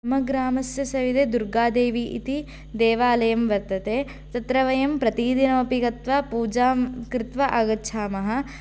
मम ग्रामस्य सविधे दुर्गादेवी इति देवालयः वर्तते तत्र वयं प्रतिदिनमपि गत्वा पूजां कृत्वा आगच्छामः